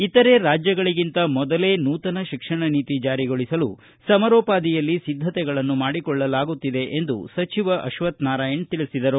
ಇತರೆ ರಾಜ್ಯಗಳಿಗಿಂತ ಮೊದಲೇ ನೂತನ ಶಿಕ್ಷಣ ನೀತಿ ಜಾರಿಗೊಳಿಸಲು ಸಮರೋಪಾದಿಯಲ್ಲಿ ಸಿದ್ದತೆಗಳನ್ನು ಮಾಡಿಕೊಳ್ಳಲಾಗುತ್ತಿದೆ ಎಂದು ಸಚಿವ ಅಶ್ವತ್ತ ನಾರಾಯಣ ತಿಳಿಸಿದರು